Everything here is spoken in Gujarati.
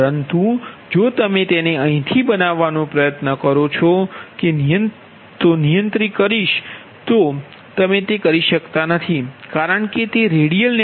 પરંતુ જો તમે તેને અહીંથી બનાવવાનો પ્રયત્ન કરો છો તો હું નિયંત્રિત કરીશ તમે તે કરી શકતા નથી કારણ કે તે રેડિયલ નેટવર્ક છે